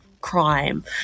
crime